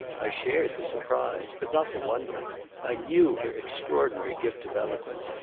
i shared the surprise, but not the wonder i knew her extraordinary gift of eloquence,